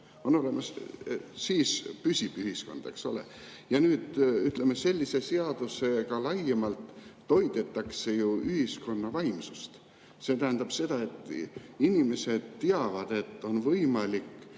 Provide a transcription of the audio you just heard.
kaitsevaimsus. Siis püsib ühiskond, eks ole. Ja nüüd, ütleme, sellise seadusega laiemalt toidetakse ju ühiskonna vaimsust. See tähendab seda, et inimesed teavad, et on võimalik